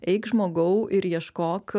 eik žmogau ir ieškok